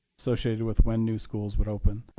associated with when new schools would open.